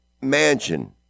mansion